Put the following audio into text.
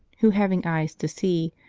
who, having eyes to see,